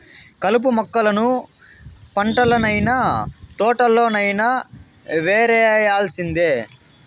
కలుపు మొక్కలను పంటల్లనైన, తోటల్లోనైన యేరేయాల్సిందే